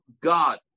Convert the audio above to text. God